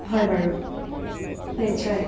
হয় বাৰু নিশ্চয়